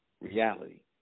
reality